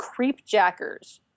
Creepjackers